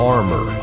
Armor